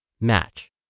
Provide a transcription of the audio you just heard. match